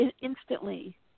instantly